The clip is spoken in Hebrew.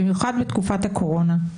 במיוחד בתקופת הקורונה,